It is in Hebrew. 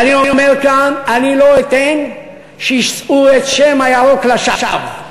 ואני אומר כאן: אני לא אתן שיישאו את שם הירוק לשווא.